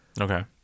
Okay